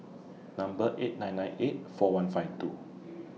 Number eight nine nine eight four one five two